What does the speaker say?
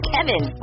Kevin